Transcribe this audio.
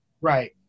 Right